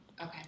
Okay